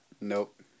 nope